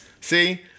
see